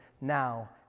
now